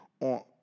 on